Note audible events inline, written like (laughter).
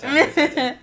(noise)